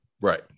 Right